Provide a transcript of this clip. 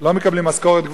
לא מקבלים משכורת גבוהה.